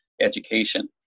education